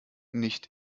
nicht